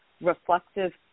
reflective